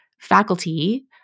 faculty